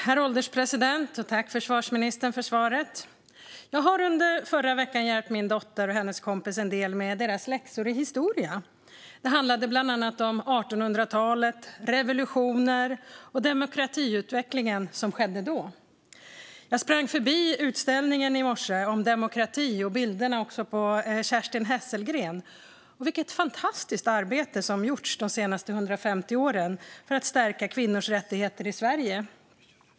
Herr ålderspresident! Tack, försvarsministern, för svaret! Under förra veckan hjälpte jag min dotter och hennes kompis en del med deras läxor i historia. Det handlade bland annat om 1800-talet, revolutioner och den demokratiutveckling som skedde då. I morse sprang jag förbi utställningen om demokrati och bilderna på Kerstin Hesselgren. Vilket fantastiskt arbete som gjorts de senaste 150 åren för att stärka kvinnors rättigheter i Sverige!